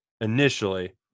initially